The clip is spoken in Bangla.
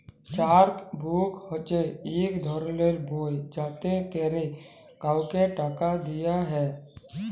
চ্যাক বুক হছে ইক ধরলের বই যাতে ক্যরে কাউকে টাকা দিয়া হ্যয়